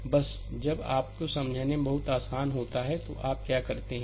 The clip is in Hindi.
स्लाइड समय देखें 1921 बस जब आपके समझने में बहुत आसान होता हैं तो आप क्या करते हैं